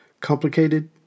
Complicated